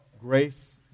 Grace